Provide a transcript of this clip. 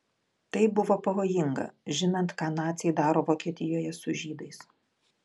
tai buvo pavojinga žinant ką naciai daro vokietijoje su žydais